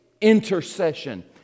intercession